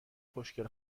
خوشگل